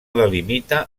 delimita